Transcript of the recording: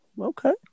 Okay